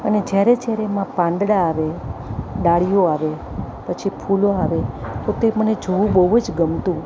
અને જ્યારે જ્યારે એમાં પાંદડા આવે ડાળીઓ આવે પછી ફૂલો આવે તો તે મને જોવું બહુ જ ગમતું